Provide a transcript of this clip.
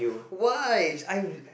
why I